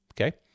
Okay